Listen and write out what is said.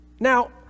Now